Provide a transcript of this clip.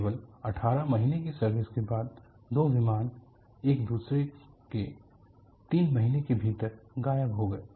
केवल 18 महीने की सर्विस के बाद दो विमान एक दूसरे के तीन महीने के भीतर गायब हो गए